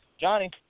Johnny